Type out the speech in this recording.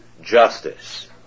justice